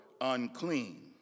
unclean